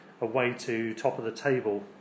away-to-top-of-the-table